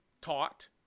taught